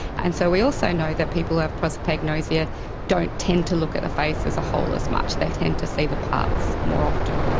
and so we also know that people who have prosopagnosia don't tend to look at a face as a whole as much, they tend to see the parts more often.